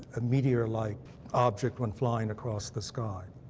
a meteor-like object went flying across the sky.